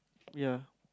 ya